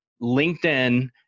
LinkedIn